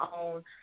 own